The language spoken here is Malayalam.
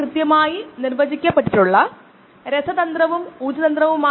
തൈര് നിർമ്മിച്ച പാത്രം ഒരു ബയോ റിയാക്റ്റർ മാത്രമാണ്